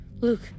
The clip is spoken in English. Luke